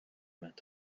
matin